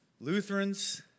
Lutherans